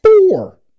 Four